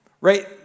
Right